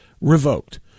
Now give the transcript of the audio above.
revoked